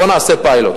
בוא נעשה פיילוט.